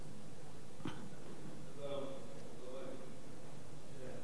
ההצעה להעביר את הנושא לוועדת הכספים נתקבלה.